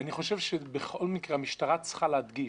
אני חושב שבכל מקרה המשטרה צריכה להדגיש,